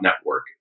network